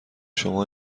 شما